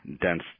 dense